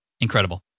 Incredible